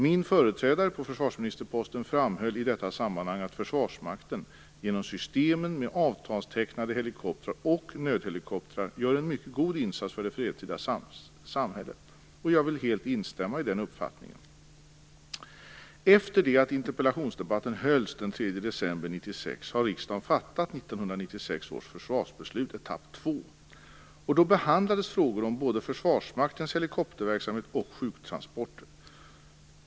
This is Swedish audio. Min företrädare på försvarsministerposten framhöll i detta sammanhang att Försvarsmakten genom systemen med avtalstecknade helikoptrar och nödhelikopter gör en mycket god insats för det fredstida samhället. Jag vill helt instämma i den uppfattningen. 1996 9/:109-112). Då behandlades frågor om både Försvarsmaktens helikopterverksamhet och sjuktransporter.